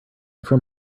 from